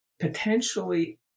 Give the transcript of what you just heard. potentially